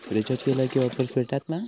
Recharge केला की offers भेटात मा?